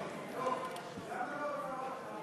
דב,